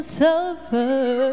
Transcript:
suffer